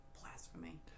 Blasphemy